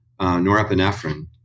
norepinephrine